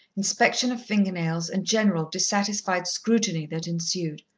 inspection of finger-nails and general, dissatisfied scrutiny that ensued.